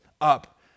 up